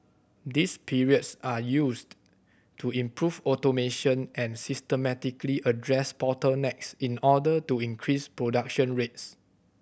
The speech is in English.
these periods are used to improve automation and systematically address bottlenecks in order to increase production rates